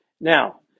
Now